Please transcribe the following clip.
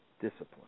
Discipline